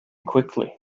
quickly